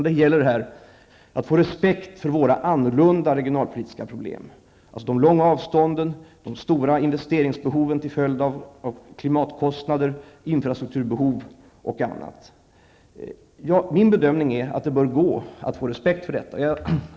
Det gäller här att få respekt för våra annorlunda regionalpolitiska problem, dvs. de långa avstånden, de stora investeringsbehoven till följd av klimatkostnader, infrastrukturbehov och annat. Min bedömning är att det bör gå att få respekt för detta.